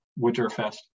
Winterfest